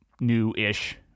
new-ish